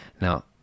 now